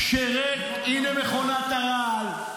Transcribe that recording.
הינה, מכונת הרעל.